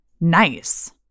nice